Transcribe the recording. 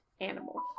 animal